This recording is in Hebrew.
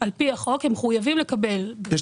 לפי החוק הם מחויבים לקבל, כן.